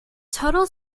total